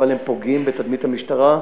אבל הם פוגעים בתדמית המשטרה,